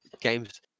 games